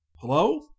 Hello